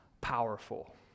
powerful